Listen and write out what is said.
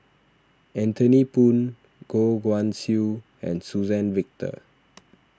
Anthony Poon Goh Guan Siew and Suzann Victor